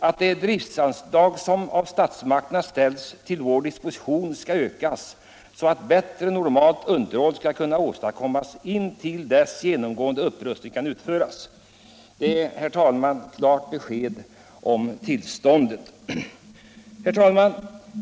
”att det driftsanslag som av statsmakterna ställs till vår disposition ska ökas, så att bättre normalt underhåll ska kunna åstadkommas intill dess genomgående upprustning kan utföras”. Det ger klart besked om tillståndet. Herr talman!